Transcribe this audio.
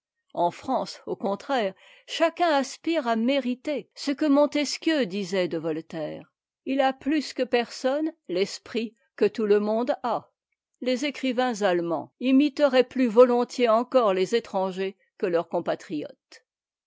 en france au contraire chacun aspire à mériter ce que montesquieu disait de voltaire il a cm que per okme l'esprit que tout le k k a les écrivains allemands imiteraient plus volontiers encore les étrangers que teurs compatriotes